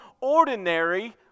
ordinary